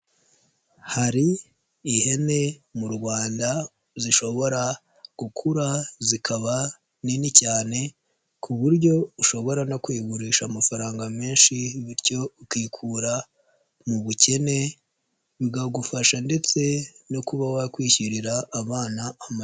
Hari ihene mu Rwanda zishobora gukura zikaba nini cyane ku buryo ushobora no kuyigurisha amafaranga menshi bityo ukikura mu bukene bikagufasha ndetse no kuba wakwishyurira abana amashuri.